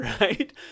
right